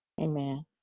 Amen